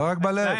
לא רק בלב.